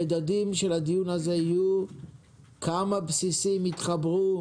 המדדים של הדיון יהיו כמה בסיסים התחברו,